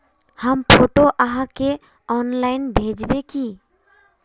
हम फोटो आहाँ के ऑनलाइन भेजबे की?